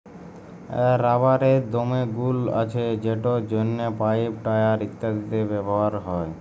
রাবারের দমে গুল্ আছে যেটর জ্যনহে পাইপ, টায়ার ইত্যাদিতে ব্যাভার হ্যয়